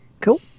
Cool